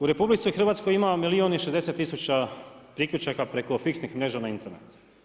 U RH ima milijun i 60 tisuća priključaka preko fiksnih mreža na internetu.